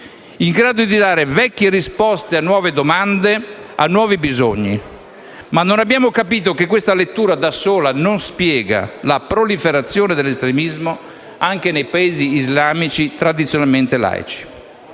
in grado di dare vecchie risposte a nuove domande, a nuovi bisogni. Ma non abbiamo capito che questa lettura da sola non spiega la proliferazione dell'estremismo anche nei Paesi islamici tradizionalmente laici.